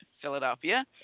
Philadelphia